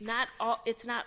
that it's not